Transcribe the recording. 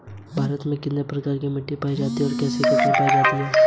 मेरे खाते को प्रबंधित करने में सहायता के लिए कौन से टूल उपलब्ध हैं?